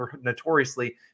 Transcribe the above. notoriously